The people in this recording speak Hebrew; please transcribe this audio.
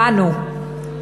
בנו.